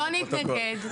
לא נתנגד.